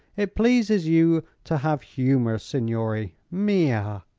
it pleases you to have humor, signore, mia.